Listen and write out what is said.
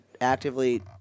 actively